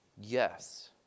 Yes